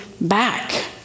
back